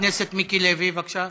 תודה רבה.